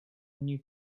new